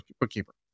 bookkeeper